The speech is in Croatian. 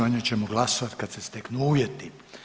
O njoj ćemo glasovati kad se steknu uvjeti.